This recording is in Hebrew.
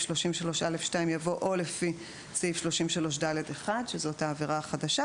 33א2 יבוא: או לפי סעיף 33ד1" שזאת העבירה החדשה.